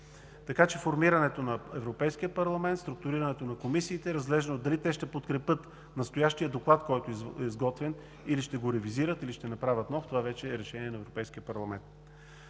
Така че формирането на Европейския парламент, структурирането на комисиите – дали те ще подкрепят настоящия доклад, който е изготвен, или ще го ревизират, или ще направят нов, това вече е решение на Европейския парламент.